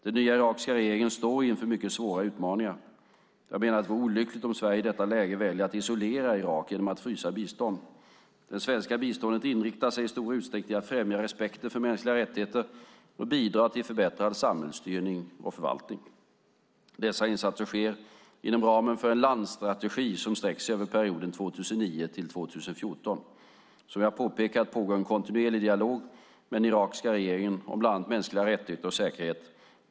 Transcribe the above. Den nya irakiska regeringen står inför mycket svåra utmaningar. Jag menar att det vore olyckligt om Sverige i detta läge väljer att isolera Irak genom att frysa bistånd. Det svenska biståndet riktar sig i stor utsträckning till att främja respekten för mänskliga rättigheter och bidra till förbättrad samhällsstyrning och förvaltning. Dessa insatser sker inom ramen för en landstrategi som sträcker sig över perioden 2009-2014. Som jag påpekat pågår en kontinuerlig dialog med den irakiska regeringen om bland annat mänskliga rättigheter och säkerhet.